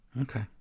Okay